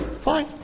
Fine